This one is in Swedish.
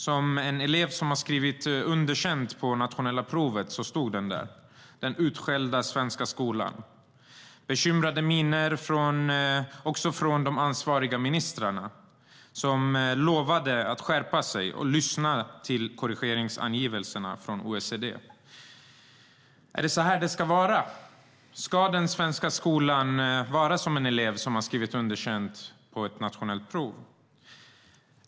Likt en elev som har skrivit underkänt på det nationella provet stod den där, den utskällda svenska skolan. Det var bekymrade miner från de ansvariga ministrarna, som lovade att skärpa sig och lyssna till korrigeringsangivelserna från OECD. Är det så här det ska vara? Ska den svenska skolan vara som en elev som har skrivit underkänt på ett nationellt prov?